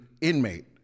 inmate